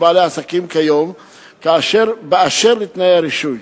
בעלי העסקים כיום באשר לתנאי הרישוי.